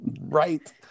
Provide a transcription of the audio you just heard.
right